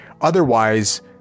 otherwise